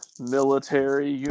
military